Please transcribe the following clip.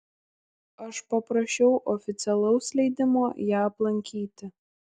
aš paprašiau oficialaus leidimo ją aplankyti